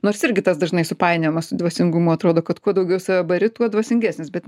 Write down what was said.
nors irgi tas dažnai supainiojama su dvasingumu atrodo kad kuo daugiau save bari tuo dvasingesnis bet